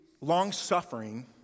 long-suffering